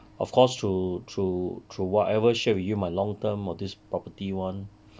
of course through through through whatever share with you my long term of this property [one]